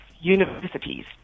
universities